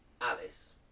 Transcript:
Alice